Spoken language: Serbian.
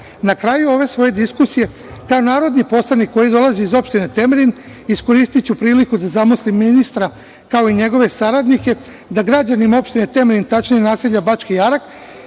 kraju ove svoje diskusije kao narodni poslanik koji dolazi iz opštine Temerin iskoristiću priliku da zamolim ministra, kao i njegove saradnike da građanima opštine Temerin, tačnije naselja Bački Jarak